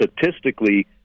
statistically